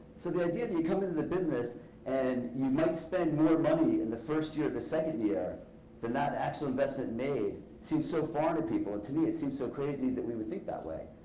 so the idea that you come into the business and you might spend more money in the first year or the second year than that actual investment made seems so foreign to people. to me, it seems so crazy that we would think that way.